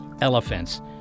elephants